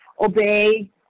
obey